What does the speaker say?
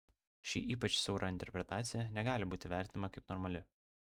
ši ypač siaura interpretacija negali būti vertinama kaip normali